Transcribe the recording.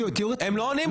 הם לא עונים לי.